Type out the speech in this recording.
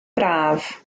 braf